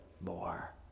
more